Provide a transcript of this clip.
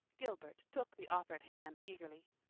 gilbert took the offered hand eagerly.